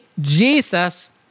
Jesus